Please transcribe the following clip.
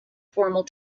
formal